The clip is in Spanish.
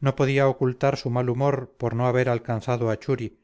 no podía ocultar su mal humor por no haber alcanzado a churi